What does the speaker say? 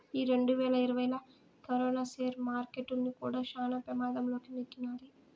ఈ రెండువేల ఇరవైలా కరోనా సేర్ మార్కెట్టుల్ని కూడా శాన పెమాధం లోకి నెట్టినాది